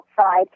outside